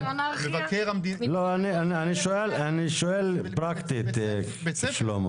אני שואל פרקטית, שלמה.